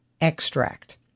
extract